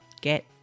get